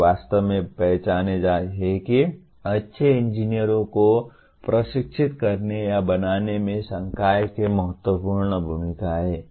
वे वास्तव में पहचानते हैं कि अच्छे इंजीनियरों को प्रशिक्षित करने या बनाने में संकाय की महत्वपूर्ण भूमिका है